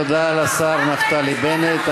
תודה לשר נפתלי בנט.